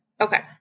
Okay